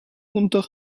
unter